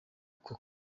koko